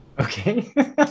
Okay